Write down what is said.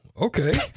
Okay